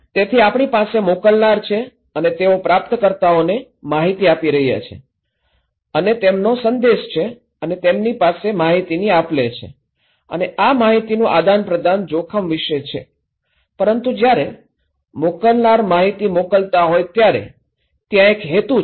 તેથી આપણી પાસે મોકલનાર છે અને તેઓ પ્રાપ્તકર્તાઓને માહિતી આપી રહ્યા છે અને તેમનો સંદેશ છે અને તેમની પાસે માહિતીની આપ લે છે અને આ માહિતીનું આદાનપ્રદાન જોખમ વિશે છે પરંતુ જ્યારે મોકલનાર માહિતી મોકલતા હોય ત્યારે ત્યાં એક હેતુ છે